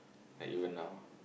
like even now